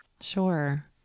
Sure